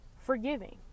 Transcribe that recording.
Forgiving